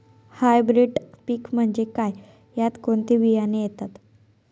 Hybrid पीक म्हणजे काय? यात कोणते बियाणे येतात?